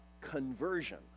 conversion